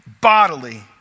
bodily